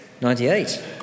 Ninety-eight